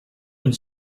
and